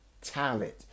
talent